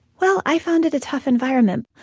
well, i found it a tough environment.